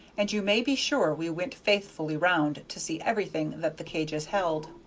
and you may be sure we went faithfully round to see everything that the cages held.